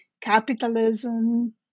capitalism